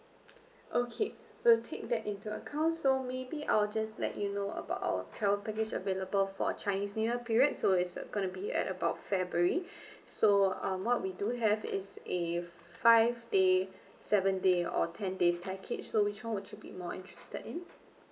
okay we'll take that into account so maybe I'll just let you know about our travel package available for chinese new year period so it's going to be at about february so uh what we do have is a five day seven day or ten day package so which [one] would you be more interested in